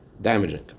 damaging